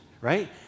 Right